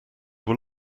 were